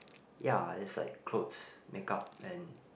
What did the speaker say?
ya is like clothes make up and